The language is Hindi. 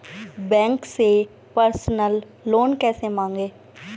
बैंक से पर्सनल लोन कैसे मांगें?